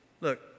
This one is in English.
Look